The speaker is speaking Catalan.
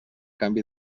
canvi